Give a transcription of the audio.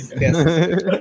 Yes